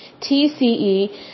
TCE